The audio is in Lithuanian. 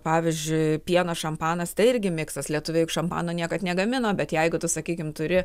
pavyzdžiui pieno šampanas tai irgi miksas lietuviai juk šampano niekad negamino bet jeigu tu sakykim turi